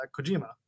kojima